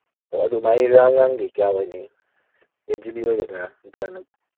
ꯑꯣ ꯑꯗꯨ my RAM ꯉꯥꯡꯗꯤ ꯀꯌꯥ ꯑꯣꯏꯅꯤ ꯑꯩꯠ ꯖꯤ ꯕꯤ ꯑꯣꯏꯒꯗ꯭ꯔꯥ ꯅꯠꯇ꯭ꯔꯒꯅ